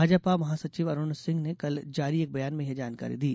भाजपा महासचिव अरूण सिंह ने कल जारी एक बयान में यह जानकारी दी